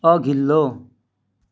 अघिल्लो